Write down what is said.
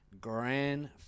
Grand